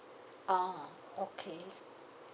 oh okay